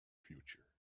future